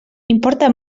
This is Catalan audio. importa